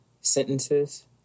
sentences